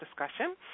discussion